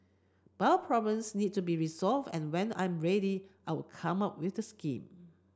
but problems need to be resolved and when I'm ready I'll come out with the scheme